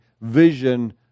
vision